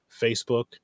Facebook